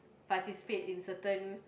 participate in certain